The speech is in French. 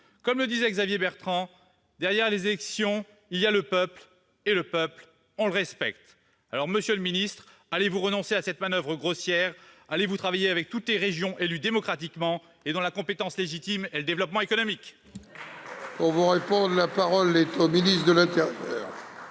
Comme le disait Xavier Bertrand, « derrière les élections, il y a le peuple, et le peuple, on le respecte ». Monsieur le ministre, allez-vous renoncer à cette manoeuvre grossière ? Allez-vous travailler avec toutes les régions élues démocratiquement et dont une compétence légitime est le développement économique ? La parole est à M. le ministre de l'intérieur.